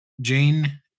Jane